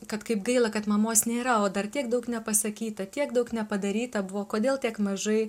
kad kaip gaila kad mamos nėra o dar tiek daug nepasakyta tiek daug nepadaryta buvo kodėl tiek mažai